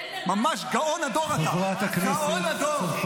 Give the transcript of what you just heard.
ממש גאון הדור אתה, גאון הדור.